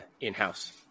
in-house